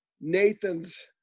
Nathan's